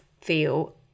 feel